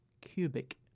Cubic